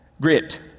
Grit